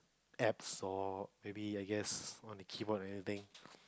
apps or maybe I guess want to keep on or anything